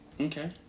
Okay